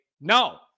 no